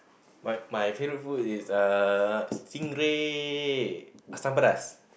but my favourite food is uh stingray assam pedas